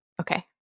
Okay